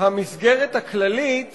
מהמסגרת הכללית